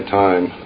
time